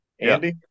Andy